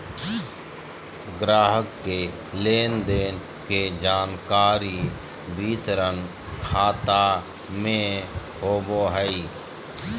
ग्राहक के लेन देन के जानकारी वितरण खाता में होबो हइ